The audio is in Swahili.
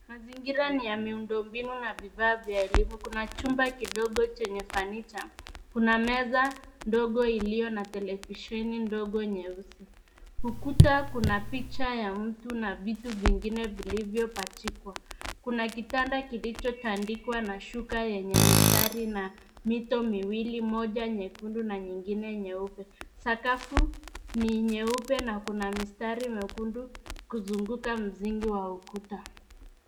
Mazingira ni ya miundo mbinu na bidhaa vya elimu. Kuna chumba kidogo chenye fanicha. Kuna meza ndogo iliyo na televisheni ndogo nyeusi. Ukuta kuna picha ya mtu na vitu vingine vilivyopachikwa. Kuna kitanda kilichotandikwa na shuka yenye mistari na mito miwili, moja nyekundu na nyingine nyeupe. Sakafu ni nyeupe na kuna mistari mekundu kuzunguka msingi wa ukuta.